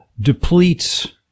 depletes